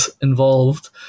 involved